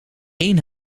eén